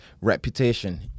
reputation